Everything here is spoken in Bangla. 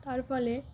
তার ফলে